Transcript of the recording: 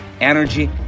energy